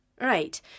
Right